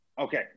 okay